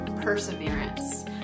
perseverance